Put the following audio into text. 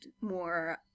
more